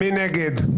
מי נגד?